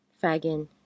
fagin